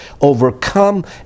overcome